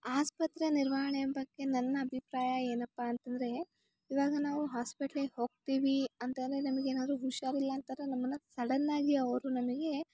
ಆಸ್ಪತ್ರೆ ನಿರ್ವಹಣೆ ಬಗ್ಗೆ ನನ್ನ ಅಭಿಪ್ರಾಯ ಏನಪ್ಪ ಅಂತಂದರೆ ಇವಾಗ ನಾವು ಹಾಸ್ಪೆಟ್ಲಿಗೆ ಹೋಗ್ತೀವಿ ಅಂತಂದರೆ ನಿಮ್ಗೇನಾದ್ರೂ ಹುಷಾರಿಲ್ಲ ಅಂತಾರೆ ನಮ್ಮನ್ನು ಸಡನ್ನಾಗಿ ಅವರು ನಮಗೆ